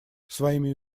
своими